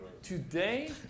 Today